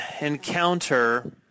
encounter